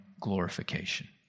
glorification